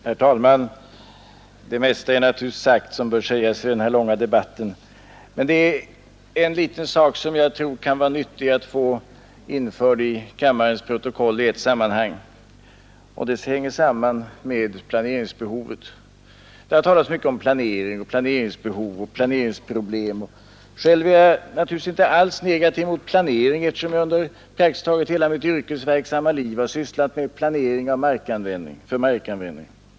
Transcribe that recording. Herr talman! Det mesta av det som bör sägas i den här långa debatten är naturligtvis sagt. Men det är en liten sak som jag tror det kan vara nyttigt att få införd i kammarens protokoll och som hänger samman med planeringsbehovet. Det har talats så mycket om planering, planeringsbehov och planeringsproblem. Själv är jag naturligtvis inte alls negativt inställd till planering, eftersom jag under praktiskt taget hela mitt yrkesverksamma liv har sysslat med planering för markanvändning.